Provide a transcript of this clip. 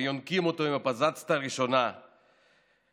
יונקים אותו עם הפזצת"א הראשונה והחדירו